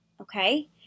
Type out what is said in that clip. okay